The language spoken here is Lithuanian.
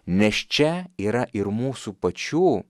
nes čia yra ir mūsų pačių